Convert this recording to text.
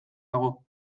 dago